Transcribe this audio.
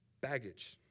baggage